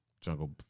Jungle